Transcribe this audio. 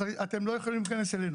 אתם לא יכולים להיכנס אלינו.